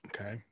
Okay